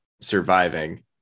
surviving